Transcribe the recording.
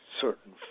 certain